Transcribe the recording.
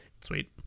sweet